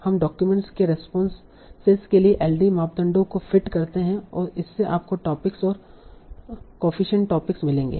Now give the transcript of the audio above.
हम डाक्यूमेंट्स के रेस्पोंसेस के लिए एलडीए मापदंडों को फिट करते हैं और इससे आपको टॉपिक्स और कॉफ़ीसियंट टॉपिक्स मिलेंगे